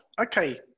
okay